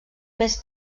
més